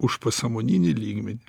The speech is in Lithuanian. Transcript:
užpasąmoninį lygmenį